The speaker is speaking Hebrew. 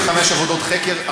75 עבודות חקר,